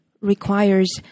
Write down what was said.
requires